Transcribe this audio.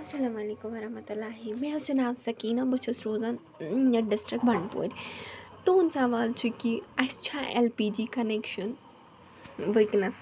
السلام علیکُم ورحمتُہ اللہ مےٚ حظ چھُ ناو سکیٖنَہ بہٕ چھَس روزان یَتھ ڈِسٹِرٛک بَنٛڈپورِ تُہُنٛد سوال چھُ کہِ اَسہِ چھا اٮ۪ل پی جی کَنٮ۪کشَن وٕکٮ۪نَس